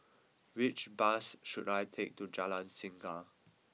which bus should I take to Jalan Singa